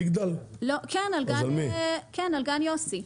כן, על גן יוסי.